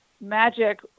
magic